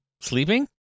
sleeping